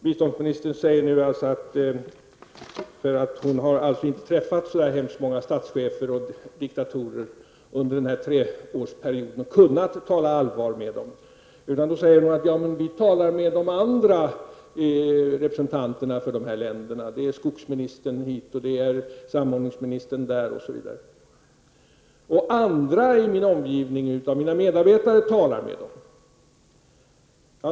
Biståndsministern säger nu att hon inte träffat så många statschefer och diktatorer under den här treårsperioden och kunnat tala allvar med dem. Men, säger hon, vi talar med de andra representanterna för de här regimerna: skogsministern hit och samordningsministern där. Vidare sade biståndsministern att andra i hennes omgivning, hennes medarbetare, talar med dem.